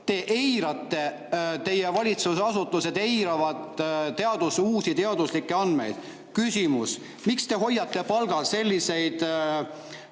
te eirate, valitsusasutused eiravad uusi teaduslikke andmeid. Küsimus: miks te hoiate palgal selliseid